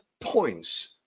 points